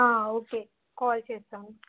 okay call చేస్తాను